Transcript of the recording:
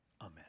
Amen